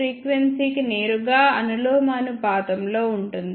ఫ్రీక్వెన్సీకి నేరుగా అనులోమానుపాతంలో ఉంటుంది